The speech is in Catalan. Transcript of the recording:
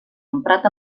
emprat